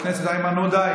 חבר הכנסת איימן עודה,